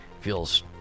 feels